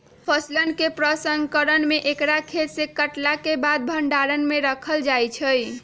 फसल के प्रसंस्करण में एकरा खेतसे काटलाके बाद भण्डार में राखल जाइ छइ